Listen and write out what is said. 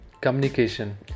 communication